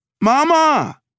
Mama